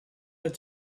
that